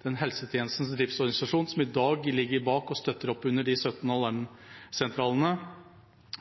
Helsetjenestens driftsorganisasjon for nødnett, som i dag ligger bak og støtter opp under de 17